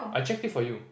I check it for you